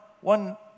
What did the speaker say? one